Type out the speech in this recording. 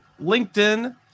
LinkedIn